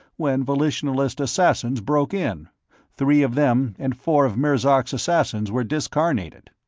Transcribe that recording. when volitionalist assassins broke in three of them and four of mirzark's assassins were discarnated.